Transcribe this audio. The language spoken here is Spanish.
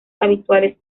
habituales